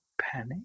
panic